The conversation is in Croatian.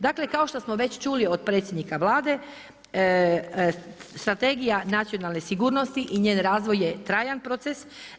Dakle, kao što smo već čuli od predsjednika Vlade Strategija nacionalne sigurnosti i njen razvoj je trajan proces.